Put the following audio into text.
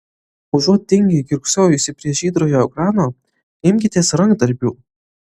užuot tingiai kiurksojusi prie žydrojo ekrano imkitės rankdarbių